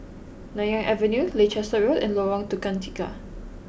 Nanyang Avenue Leicester Road and Lorong Tukang Tiga